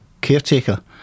caretaker